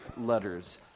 letters